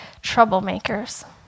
troublemakers